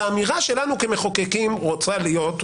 האמירה שלנו כמחוקקים רוצה להיות,